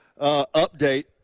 Update